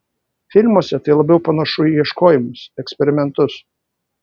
filmuose tai labiau panašu į ieškojimus eksperimentus